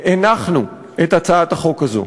והנחנו את הצעת החוק הזאת.